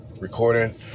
recording